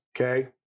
okay